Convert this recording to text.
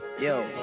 yo